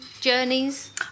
journeys